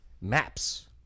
Maps